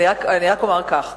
אני רק אומר כך,